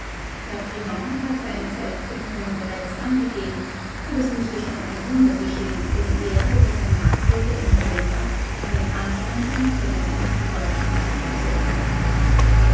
herr briand hat seinerseits den ton bereits angegeben und es müßte schon ein wunder geschehen wenn er oder sein nachfolger im november einen anderen und helleren akkord anschlagen sollte